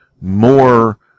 more